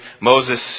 Moses